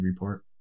Report